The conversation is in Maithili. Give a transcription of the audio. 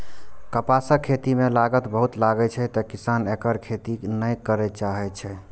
कपासक खेती मे लागत बहुत लागै छै, तें किसान एकर खेती नै करय चाहै छै